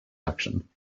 action